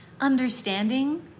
understanding